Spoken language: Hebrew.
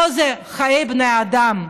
פה זה חיי בני אדם,